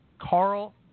Carl